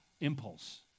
impulse